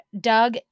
Doug